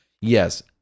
Yes